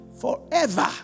forever